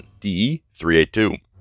DE-382